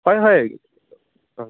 হয় হয়